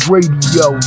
Radio